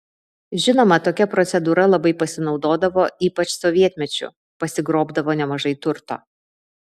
žinoma tokia procedūra labai pasinaudodavo ypač sovietmečiu pasigrobdavo nemažai turto